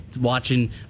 watching